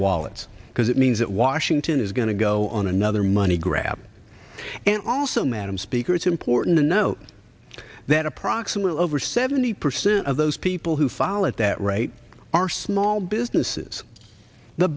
wallets because it means that washington is going to go on another money grab and also madam speaker it's important to note that approximately over seventy percent of those people who fall at that right are small businesses the